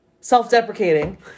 self-deprecating